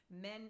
men